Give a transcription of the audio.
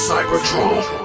Cybertron